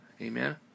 Amen